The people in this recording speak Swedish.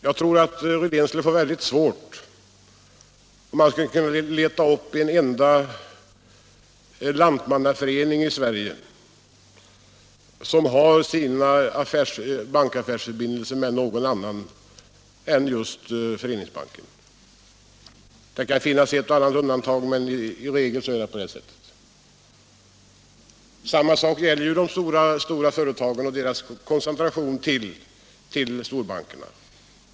Jag tror att herr Rydén skulle få mycket svårt att leta reda på en enda lantmannaförening i Sverige som har affärsförbindelser med någon annan bank än just Föreningsbanken. Det kan finnas ett och annat undantag, men i regel är det så. Samma sak gäller de stora företagen med deras koncentration till storbankerna.